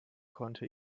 konnte